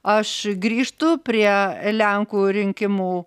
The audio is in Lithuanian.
aš grįžtu prie lenkų rinkimų